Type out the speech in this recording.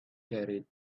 carried